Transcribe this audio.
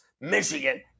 Michigan